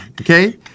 okay